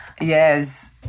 Yes